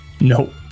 Nope